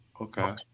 Okay